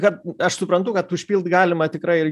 kad aš suprantu kad užpilt galima tikrai